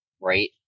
right